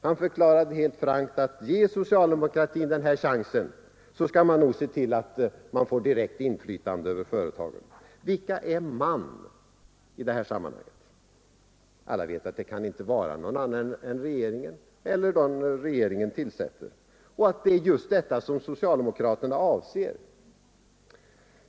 Han förklarade helt frankt: Ge socialdemokratin den här chansen, så skall man nog se till att man får direkt inflytande över företagen. Vilka är ”man” i detta sammanhang? Alla vet att det inte kan vara någon annan än regeringen och de regeringen tillsätter och att det är detta socialdemokraterna avser.